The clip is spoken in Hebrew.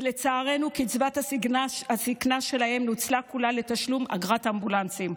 ולצערנו קצבת הזקנה שלהם נוצלה כולה לתשלום אגרת אמבולנסים.